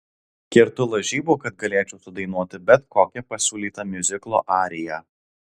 kertu lažybų kad galėčiau sudainuoti bet kokią pasiūlytą miuziklo ariją